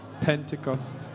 Pentecost